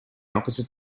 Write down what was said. opposite